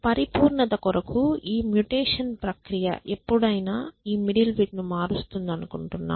పరిపూర్ణత కొరకు ఈ మ్యుటేషన్ ప్రక్రియ ఎప్పుడైనా ఈ మిడిల్ బిట్ ను మారుస్తుందనుకుంటున్నాం